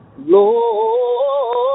Lord